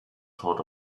sort